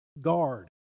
Guard